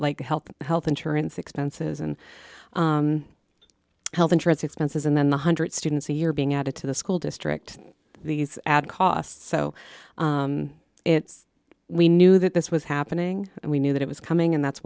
like health health insurance expenses and health insurance expenses and then one hundred dollars students a year being added to the school district these add cost so it's we knew that this was happening and we knew that it was coming and that's